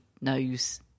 knows